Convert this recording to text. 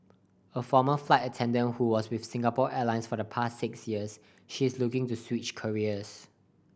a former flight attendant who was with Singapore Airlines for the past six years she is looking to switch careers